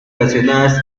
relacionadas